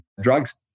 drugs